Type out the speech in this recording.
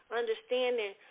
understanding